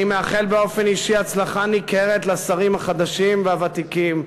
אני מאחל באופן אישי הצלחה ניכרת לשרים החדשים והוותיקים,